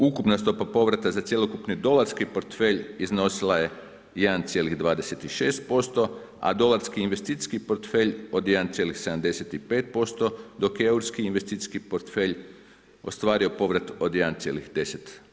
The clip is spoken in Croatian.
Ukupna stopa povrata za cjelokupni … portfelj, iznosila je 1,26%, a dolarski investicijski portfelj od 1,75%, dok je europski investicijski portfelj ostvario povrat od 1,10%